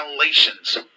Galatians